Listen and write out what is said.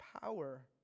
power